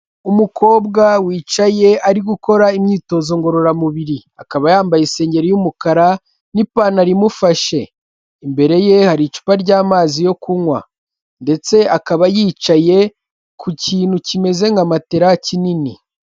Umukobwa wicaye ari gukora imyitozo ngororamubiri akaba yambaye isengeri y'umukara n'ipantaro imufashe, imbere ye hari icupa ry'amazi yo kunywa ndetse akaba yicaye ku kintu kimeze nka matela kinini.